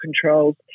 controls